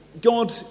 God